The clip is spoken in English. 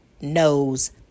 knows